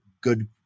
good